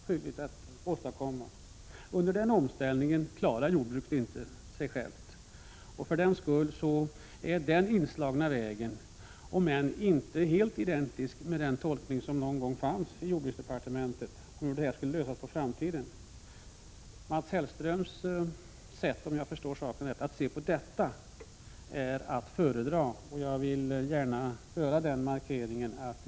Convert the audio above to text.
Så länge den omställningsperioden pågår klarar sig inte jordbruket självt. För den skull är den inslagna vägen, om än inte helt identisk med den tolkning som någon gång fanns i jordbruksdepartementet om hur detta skulle lösas i framtiden, och Mats Hellströms sätt att se på detta att föredra, om jag har förstått saken rätt. Jag vill gärna göra den markeringen.